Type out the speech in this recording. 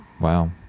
Wow